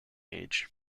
age